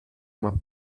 uma